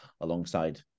alongside